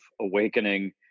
awakening